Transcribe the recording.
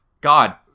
God